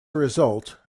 result